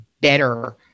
better